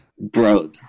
bro